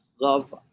love